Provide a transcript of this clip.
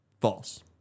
false